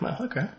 Okay